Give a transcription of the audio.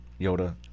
Yoda